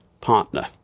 partner